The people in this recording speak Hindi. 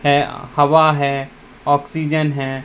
है हवा है ऑक्सीजन है